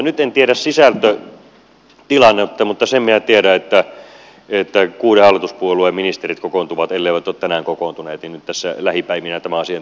nyt en tiedä sisältötilannetta mutta sen minä tiedän että kuuden hallituspuolueen ministerit kokoontuvat elleivät ole tänään kokoontuneet lähipäivinä tämän asian tiimoilta